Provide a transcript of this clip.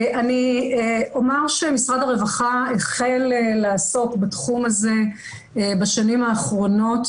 אני אומר שמשרד הרווחה החל לעסוק בתחום הזה בשנים האחרונות